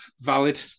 valid